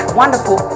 wonderful